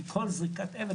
כי כל זריקת אבן,